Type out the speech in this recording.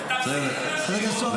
דרך אגב,